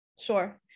Sure